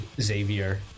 Xavier